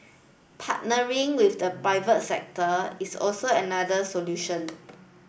partnering with the private sector is also another solution